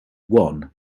won